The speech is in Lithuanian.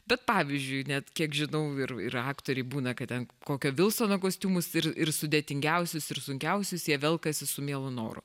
bet pavyzdžiui net kiek žinau ir ir aktoriai būna kad ant kokio vilsono kostiumus ir ir sudėtingiausius ir sunkiausius jie velkasi su mielu noru